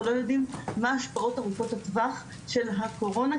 לא יודעים מה השפעות ארוכות הטווח של הקורונה,